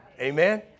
Amen